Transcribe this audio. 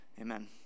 Amen